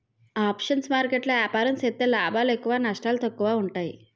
options market లో ఏపారం సేత్తే లాభాలు ఎక్కువ నష్టాలు తక్కువ ఉంటాయి